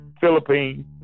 Philippines